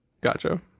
gotcha